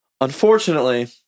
Unfortunately